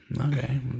okay